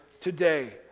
today